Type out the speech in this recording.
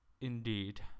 Indeed